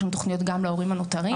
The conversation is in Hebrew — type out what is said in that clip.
יש לנו תוכניות גם להורים הנותרים.